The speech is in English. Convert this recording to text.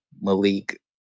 Malik